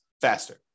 faster